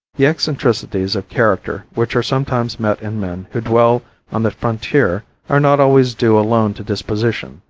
the eccentricities of character which are sometimes met in men who dwell on the frontier are not always due alone to disposition,